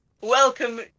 Welcome